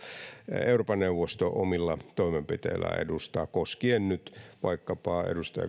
euroopan neuvosto omilla toimenpiteillään edustaa koskien nyt vaikkapa edustaja